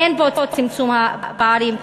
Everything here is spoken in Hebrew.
אין פה צמצום פערים.